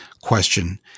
question